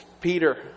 Peter